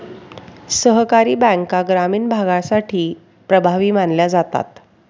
सहकारी बँका ग्रामीण भागासाठी प्रभावी मानल्या जातात